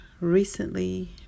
recently